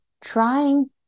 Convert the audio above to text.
trying